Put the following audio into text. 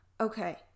Okay